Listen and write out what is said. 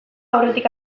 aurretik